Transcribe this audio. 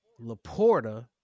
Laporta